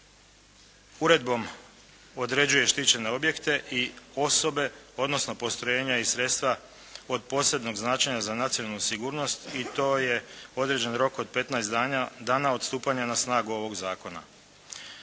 uredbom određuje štićene objekte i osobe, odnosno postrojenja i sredstva od posebnog značenja za nacionalnu sigurnost i to je određen rok od 15 dana od stupanja na snagu ovog zakona.